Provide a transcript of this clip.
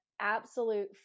absolute